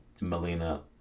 Melina